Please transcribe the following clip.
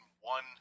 one